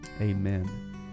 Amen